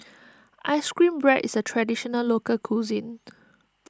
Ice Cream Bread is a Traditional Local Cuisine